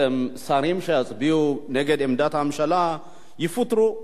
ששרים שיצביעו נגד עמדת הממשלה יפוטרו,